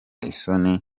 isoni